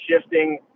shifting